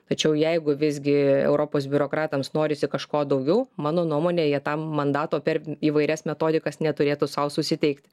tačiau jeigu visgi europos biurokratams norisi kažko daugiau mano nuomone jie tam mandato per įvairias metodikas neturėtų sau susiteikti